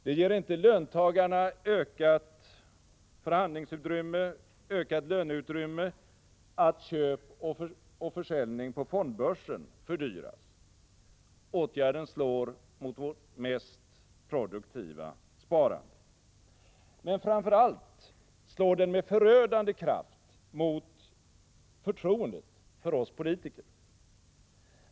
Det ger inte löntagarna ökat förhandlingsutrymme, ökat löneutrymme, att köp och försäljning på fondbörsen fördyras. Åtgärden slår mot vårt mest produktiva sparande. Men framför allt slår den med förödande kraft mot förtroendet för politiker.